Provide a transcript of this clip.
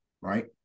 right